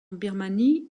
birmanie